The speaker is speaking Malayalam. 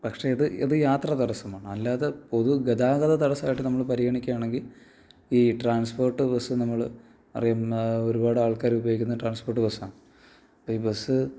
പക്ഷെ ഇത് ഇത് യാത്രാ തടസ്സമാണ് അല്ലാതെ പൊതു ഗതാഗത തടസ്സവുമായിട്ട് നമ്മൾ പരിഗണിക്കുകയാണെങ്കിൽ ഈ ട്രാൻസ്പോർട്ട് ബസ് നമ്മൾ അറിയുന്ന ഒരുപാട് ആൾക്കാർ ഉപയോഗിക്കുന്ന ട്രാൻസ്പോർട്ട് ബസ്സാണ് അപ്പോൾ ഈ ബസ്